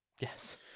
Yes